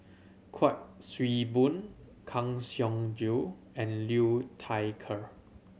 Kuik Swee Boon Kang Siong Joo and Liu Thai Ker